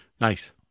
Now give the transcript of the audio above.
Nice